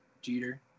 Jeter